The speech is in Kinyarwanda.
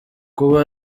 kuba